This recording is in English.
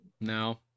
No